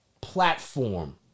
platform